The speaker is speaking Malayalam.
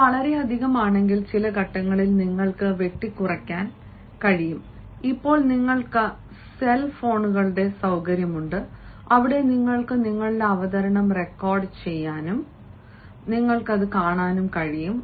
ഇത് വളരെയധികം ആണെങ്കിൽ ചില ഘട്ടങ്ങളിൽ നിങ്ങൾക്ക് വെട്ടിക്കുറയ്ക്കാൻ കഴിയും ഇപ്പോൾ നിങ്ങൾക്ക് സെൽഫോണുകളുടെ സൌകര്യമുണ്ട് അവിടെ നിങ്ങൾക്ക് നിങ്ങളുടെ അവതരണം റെക്കോർഡുചെയ്യാനും നിങ്ങൾക്കത് കാണാനും കഴിയും